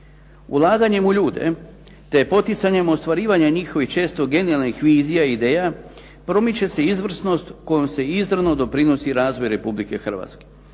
Ulaganjem u ljude, te poticanjem ostvarivanja njihovih često genijalnih vizija i ideja promiče se izvrsnost kojom se izravno doprinosi razvoju Republike Hrvatske.